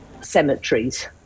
cemeteries